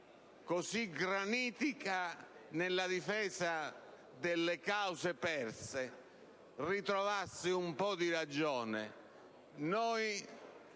così granitica nella difesa delle cause perse, ritrovi allora un po' di ragione.